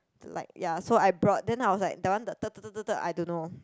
like ya so I brought then I was like that one I don't know